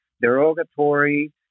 derogatory